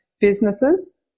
businesses